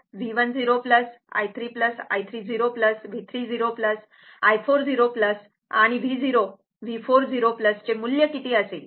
i 3 V1 i 3 i3 V3 i4 आणि V0 V4 चे मूल्य किती असेल